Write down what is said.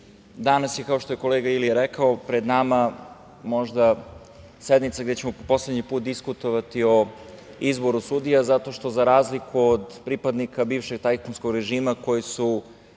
danas je kao što je kolega Ilija rekao pred nama možda sednica gde ćemo po poslednji put diskutovati o izboru sudija zato što za razliku od pripadnika bivšeg tajkunskog režima koji su